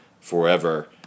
forever